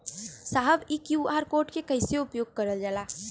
साहब इ QR code के कइसे उपयोग करल जाला?